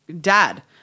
dad